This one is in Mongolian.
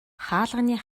хаалганы